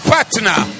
Partner